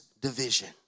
division